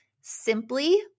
simply